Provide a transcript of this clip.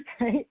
Right